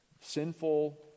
sinful